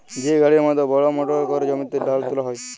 যে গাড়ির মত বড় মটরে ক্যরে জমিতে ধাল তুলা হ্যয়